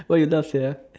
why you laugh sia